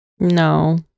no